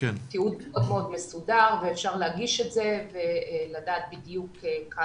אני מניח שלפחות לגבי המעונות של נעמ"ת